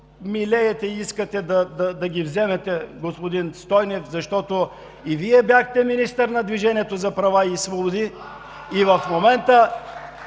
милеете и искате да ги вземете, господин Стойнев, защото и Вие бяхте министър на „Движението за права и свободи“